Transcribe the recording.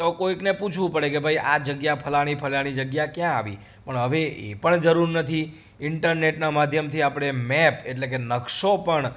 તો કોઈકને પૂછવું પડે કે ભાઈ આ જગ્યા ફલાણી ફલાણી જગ્યા ક્યાં આવી પણ હવે એ પણ જરૂર નથી ઈન્ટરનેટના માધ્યમથી આપણે મેપ એટલે કે નકશો પણ